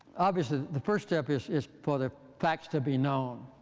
obviously, the first step is is for the facts to be known.